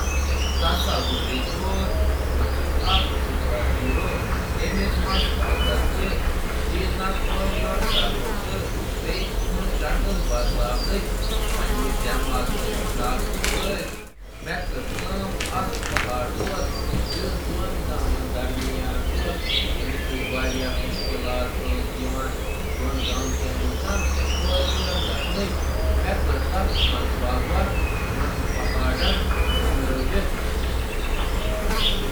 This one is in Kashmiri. یہٕ کٔرِو تصویر: بہٕ چُھس ٹیلی کائنیسس ہنٛد غیر معمولی طاقتن تہٕ پننہٕ مرضی سۭتۍ پنن شکل تبدیل کرنچ صلٲحیت استعمال کران۔ یتھ روشن منظرنامس منٛز، بہٕ چُھس أکِس زبردست پہاڑُک مُقابلہٕ کران یُس دۄن گامَن درمیان رُکاوٹ پٲٹھۍ کھڑا چھُ، ییٚمہِ سۭتۍ تِہنٛدِس رٲبطس منٛز رُکاوٹ پننہِ منفرد صلٲحِیتہٕ سۭتہِ چھُس بہٕ محنتہٕ سان پہاڑس نَیہِ شکٕل دِوان، اکھ یِژھ وتھ بناوان یۄسہٕ گامَن یکجا کران چھِ تہٕ تِہنٛدٮ۪ن ارکانَن چھُ یِمَن درمیان آزادانہٕ سفر کرنُک اِجازت دِوان۔